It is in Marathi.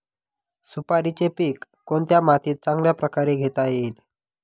सुपारीचे पीक कोणत्या मातीत चांगल्या प्रकारे घेता येईल?